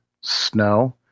snow